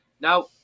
Now